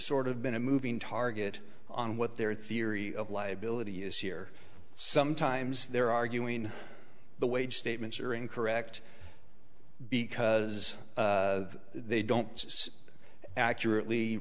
sort of been a moving target on what their theory of liability is here sometimes they're arguing the wage statements are incorrect because they don't accurately